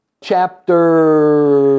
chapter